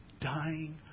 Dying